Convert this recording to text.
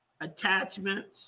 attachments